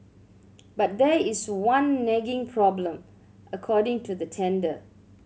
but there is one nagging problem according to the tender